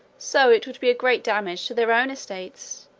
so it would be a great damage to their own estates,